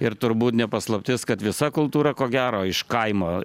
ir turbūt ne paslaptis kad visa kultūra ko gero iš kaimo